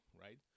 right